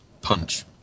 punch